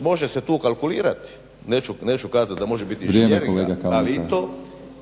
može se tu kalkulirati neću kazat da može biti…/Govornik se ne čuje/… …/ Upadica: vrijeme je kolega./…